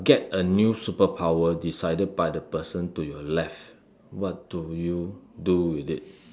get a new superpower decided by the person to your left what do you do with it